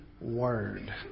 word